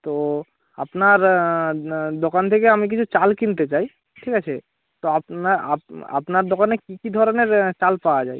তো আপনার দোকান থেকে আমি কিছু চাল কিনতে চাই ঠিক আছে তো আপনা আপনার দোকানে কী কী ধরনের চাল পাওয়া যায়